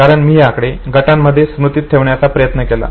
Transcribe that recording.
कारण मी हे आकडे गटांमध्ये स्मृतीत ठेवण्याचा प्रयत्न केला